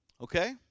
Okay